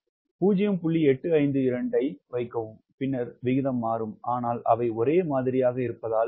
852 ஐ வைக்கவும் பின்னர் விகிதம் மாறும் ஆனால் அவை ஒரே மாதிரியாக இருப்பதால்